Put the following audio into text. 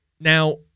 Now